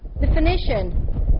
definition